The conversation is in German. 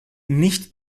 nicht